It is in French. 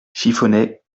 chiffonnet